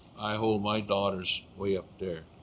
i hold my daughters way up there,